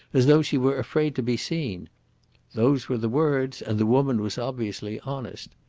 as though she were afraid to be seen those were the words, and the woman was obviously honest.